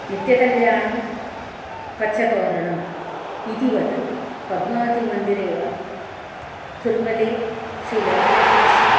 नित्यकल्याणं पच्चतोरणम् इतिवत् पद्मावतीमन्दिरे एव तिरुमले श्री वेङ्कटेश्वरस्य